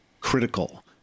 critical